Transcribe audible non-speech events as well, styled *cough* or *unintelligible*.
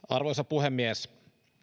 *unintelligible* arvoisa puhemies